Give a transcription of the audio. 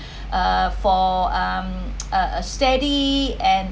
uh for um a a steady and